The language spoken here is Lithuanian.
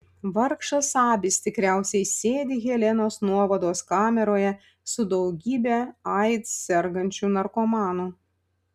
vargšas abis tikriausiai sėdi helenos nuovados kameroje su daugybe aids sergančių narkomanų